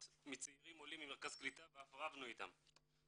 מצעירים עולים ממרכז קליטה ואף רבנו איתם.